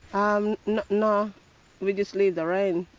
um no, we just leave the rain.